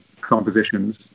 compositions